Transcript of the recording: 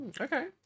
Okay